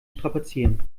strapazieren